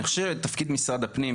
אני חושב שתפקיד משרד הפנים,